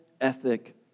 ethic